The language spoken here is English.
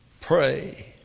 Pray